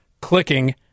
clicking